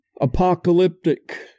apocalyptic